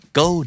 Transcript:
go